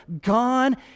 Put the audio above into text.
gone